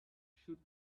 should